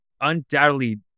undoubtedly